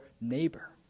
neighbor